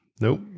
nope